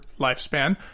lifespan